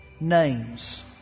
names